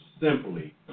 simply